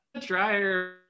Dryer